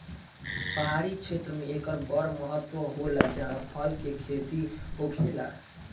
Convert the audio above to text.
पहाड़ी क्षेत्र मे एकर बड़ महत्त्व होला जाहा फल के खेती होखेला